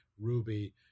Ruby –